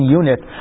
unit